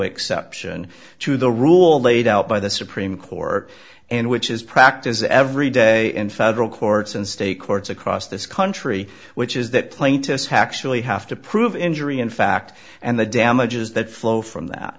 exception to the rule laid out by the supreme court and which is practice every day in federal courts and state courts across this country which is that plaintiffs who actually have to prove injury in fact and the damages that flow from that